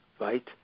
right